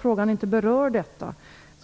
Frågan berör inte detta,